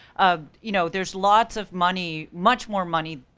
you know, there's lots of money, much more money,